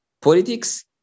politics